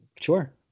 Sure